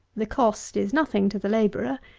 the cost is nothing to the labourer.